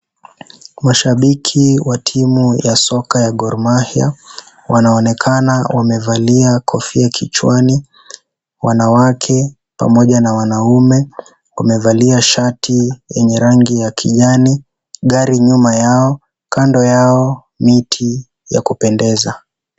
Mashabiki wa timu ya soka ya Gormahia wanaonekana wamevalia kofia kichwani, wanawake pamoja na wanaume wamevalia shati yenye rangi ya kijani, gari nyuma yao kando yao miti ya kupendeza.